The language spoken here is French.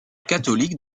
catholique